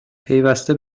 پیوسته